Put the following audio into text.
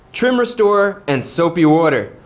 trim restore, and soapy wooder.